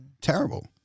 Terrible